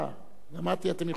אמרתי: אתם יכולים לכעוס.